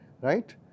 right